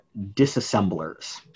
disassemblers